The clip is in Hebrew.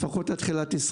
לפחות עד תחילת 24